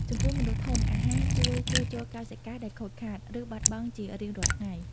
ចំពោះមនុស្សធំ អាហារជួយ ជួសជុលកោសិកា ដែលខូចខាត ឬបាត់បង់ជារៀងរាល់ថ្ងៃ។